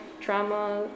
trauma